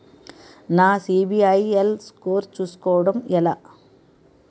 నా CIBIL score చుస్కోవడం ఎలా?